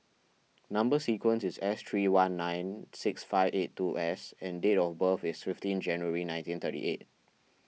Number Sequence is S three one nine six five eight two S and date of birth is fifteen January nineteen thirty eight